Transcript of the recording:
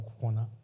corner